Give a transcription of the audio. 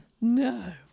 no